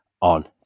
on